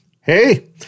hey